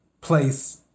place